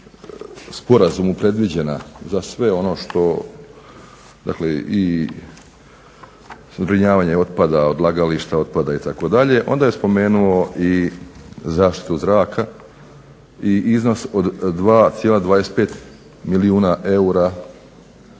sporazumu predviđena za sve ono što dakle zbrinjavanje otpada, odlagališta otpada itd. onda je spomenuo i zaštitu zraka i iznos od 2,25 milijuna eura